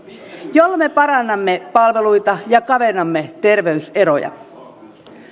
jolla me parannamme palveluita ja kavennamme terveyseroja